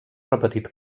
repetit